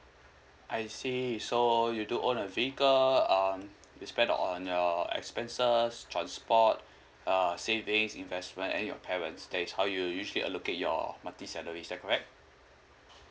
I see so you do own a vehicle um you spend on your expenses transport uh savings investment and your parents that is how you usually allocate your monthly salary is that correct